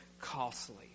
costly